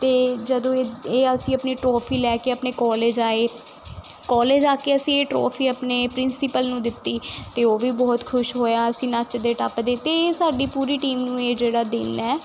ਅਤੇ ਜਦੋਂ ਇਹ ਇਹ ਅਸੀਂ ਆਪਣੀ ਟਰੋਫੀ ਲੈ ਕੇ ਆਪਣੇ ਕਾਲਜ ਆਏ ਕਾਲਜ ਆ ਕੇ ਅਸੀਂ ਇਹ ਟਰੋਫੀ ਆਪਣੇ ਪ੍ਰਿੰਸੀਪਲ ਨੂੰ ਦਿੱਤੀ ਅਤੇ ਉਹ ਵੀ ਬਹੁਤ ਖੁਸ਼ ਹੋਇਆ ਅਸੀਂ ਨੱਚਦੇ ਟੱਪਦੇ ਅਤੇ ਇਹ ਸਾਡੀ ਪੂਰੀ ਟੀਮ ਨੂੰ ਇਹ ਜਿਹੜਾ ਦਿਨ ਹੈ